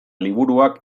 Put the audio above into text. liburuak